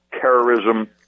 terrorism